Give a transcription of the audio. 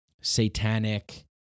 satanic